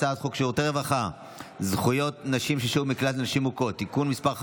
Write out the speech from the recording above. אני קובע שהצעת חוק החמרת ענישה בעבירות מין רקע לאומני (תיקוני חקיקה),